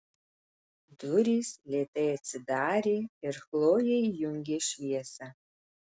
durys lėtai atsidarė ir chlojė įjungė šviesą